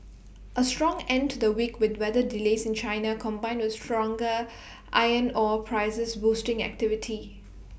A strong end to the week with weather delays in China combined with stronger iron ore prices boosting activity